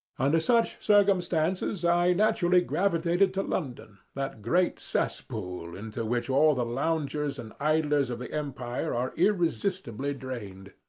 under such circumstances, i naturally gravitated to london, that great cesspool into which all the loungers and idlers of the empire are irresistibly drained.